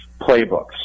playbooks